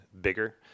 bigger